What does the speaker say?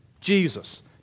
Jesus